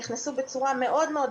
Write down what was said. הם נכנסו בצורה מאוד,